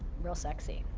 real sexy.